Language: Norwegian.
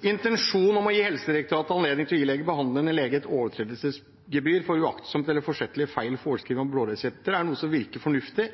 Intensjonen med å gi Helsedirektoratet anledning til å ilegge behandlende lege et overtredelsesgebyr for uaktsom eller forsettlig feil forskrivning av blåresepter er noe som virker fornuftig